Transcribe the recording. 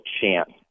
chance